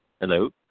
Hello